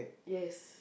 yes